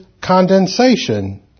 condensation